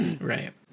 Right